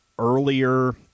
earlier